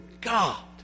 God